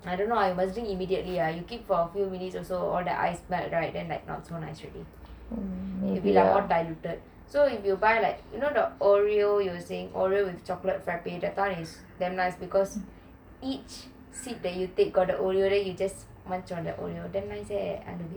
I don't know I must drink immediately you keep for a few minutes also all the ice melt right then not so nice already it will be all diluted so if you buy like you know the oreo you were saying oreo with chocolate frappe that [one] is damn nice because each sip that you take got the oreo you just munch on the oreo damn nice eh